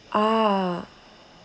ah